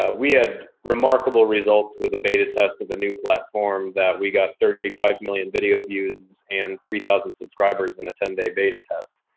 ah we had remarkable results with a beta test of a new platform that we got thirty five million video views and three thousand subscribers in a ten day beta test.